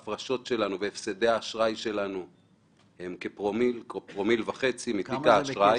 והפסדי האשראי שלנו הם כפרומיל-פרומיל וחצי מתיק האשראי.